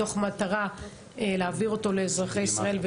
מתוך מטרה להעביר אותו לאזרחי ישראל,